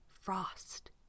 frost